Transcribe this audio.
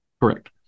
Correct